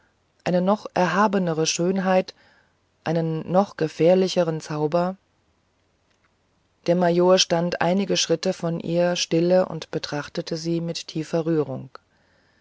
eine noch erhabenere schönheit einen noch gefährlicheren zauber der major stand einige schritte von ihr stille und betrachtete sie mit tiefer rührung